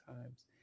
times